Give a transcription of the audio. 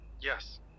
Yes